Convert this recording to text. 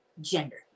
Gender